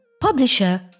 publisher